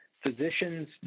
physicians